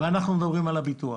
ואנחנו מדברים על הביטוח.